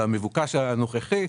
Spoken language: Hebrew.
במבוקש הנוכחי,